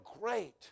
great